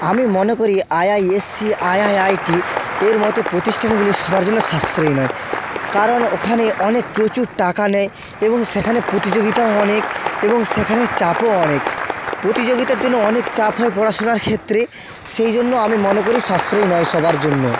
আমি মনে করি I I S C I I I T এর মতো প্রতিষ্ঠানগুলি সবার জন্য সাশ্রয়ী নয় কারণ ওখানে অনেক প্রচুর টাকা নেয় এবং সেখানে প্রতিযোগিতা অনেক এবং সেখানে চাপও অনেক প্রতিযোগিতার জন্য অনেক চাপ হয় পড়াশোনার ক্ষেত্রে সেই জন্য আমি মনে করি সাশ্রয়ী নয় সবার জন্য